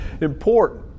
important